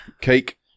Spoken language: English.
Cake